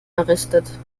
errichtet